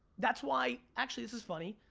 that's why, actually this is funny,